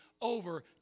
over